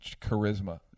charisma